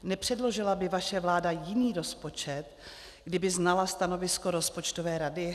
Nepředložila by vaše vláda jiný rozpočet, kdyby znala stanovisko rozpočtové rady?